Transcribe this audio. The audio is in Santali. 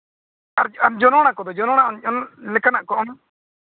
ᱟᱨ ᱡᱚᱱᱚᱲᱟ ᱠᱚᱫᱚ ᱡᱚᱱᱚᱲᱟ ᱞᱮᱠᱟᱱᱟᱜ ᱠᱚ